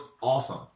awesome